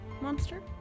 monster